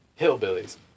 hillbillies